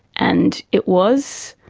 and it was.